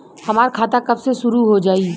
हमार खाता कब से शूरू हो जाई?